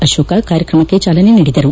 ಅಶೋಕ ಕಾರ್ಯಕ್ರಮಕ್ಕೆ ಚಾಲನೆ ನೀಡಿದರು